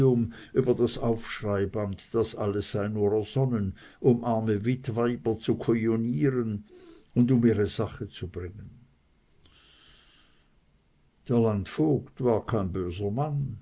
über das aufschreibamt das alles sei nur ersonnen um arme witwyber zu kujinieren und um ihre sache zu bringen der landvogt war kein böser mann